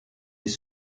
des